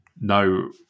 no